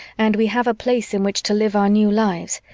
and we have a place in which to live our new lives,